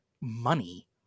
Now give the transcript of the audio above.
money